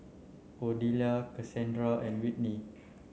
Cordelia Casandra and Whitney